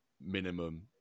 minimum